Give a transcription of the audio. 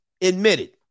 admitted